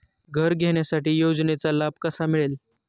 घर घेण्यासाठी योजनेचा लाभ कसा मिळेल?